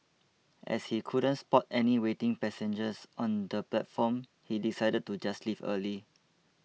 as he couldn't spot any waiting passengers on the platform he decided to just leave early